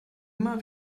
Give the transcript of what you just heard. immer